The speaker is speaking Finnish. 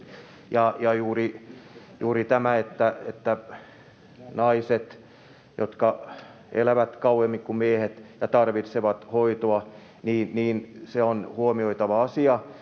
juuri tämä, että naiset elävät kauemmin kuin miehet ja tarvitsevat hoitoa, on huomioitava asia.